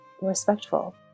respectful